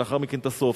ולאחר מכן את הסוף.